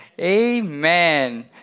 Amen